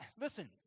Listen